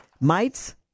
Mites